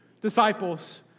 disciples